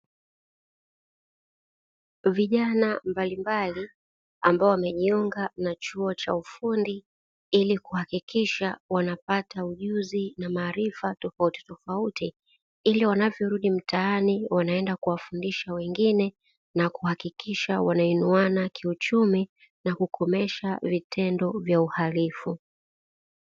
Vijana mbalimbali ambao wamejiunga na chuo cha ufundi ilikuhakikisha wanapata ujuzi na maafira tofauti tofauti, ili wanavyo rudi mtaani wanaenda kuwafundisha wengine na kuhakikisha wanainuana kiuchumi na kukomesha vitendo vya uharifu.